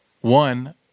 one